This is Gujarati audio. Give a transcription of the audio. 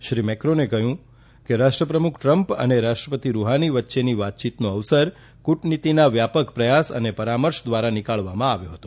શ્રી મેક્રોને કહ્યું કે રાષ્ટ્રપ્રમુખ ટ્રમ્પ અને રાષ્ટ્રપતિ અહાની વચ્ચે વાતયીતનો અવસર કુટનીતીના વ્યાપક પ્રયાસ અને પરામર્ષ દ્વારા નિકાળવામાં આવ્યો હતો